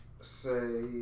say